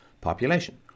population